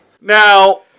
now